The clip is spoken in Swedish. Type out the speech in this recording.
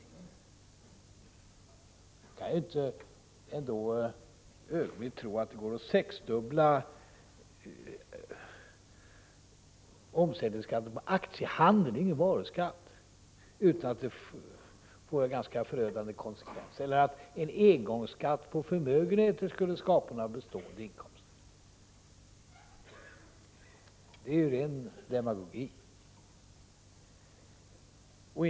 Lars Werner kan ju inte ett ögonblick tro att det går att sexdubbla omsättningsskatten på aktiehandeln — det är ju ingen varuskatt — utan att det får en ganska förödande konsekvens, eller att en engångsskatt på förmö genheter skulle skapa några bestående inkomster. Det är ju ren demagogi!